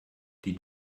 die